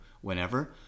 whenever